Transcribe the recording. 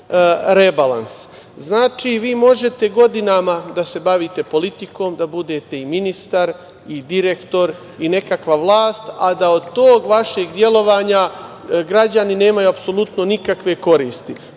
rebalans. Znači, vi možete godinama da se bavite politikom, da budete i ministar i direktor i nekakva vlast, a da od tog vašeg delovanja građani nemaju apsolutno nikakve koristi.